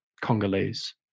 Congolese